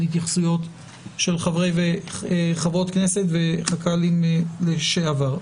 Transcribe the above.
התייחסויות של חברי וחברות כנסת וחברי כנסת לשעבר.